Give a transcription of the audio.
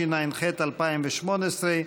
התשע"ח 2018,